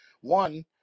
one